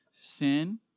Sin